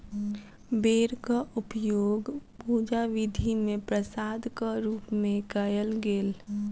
बेरक उपयोग पूजा विधि मे प्रसादक रूप मे कयल गेल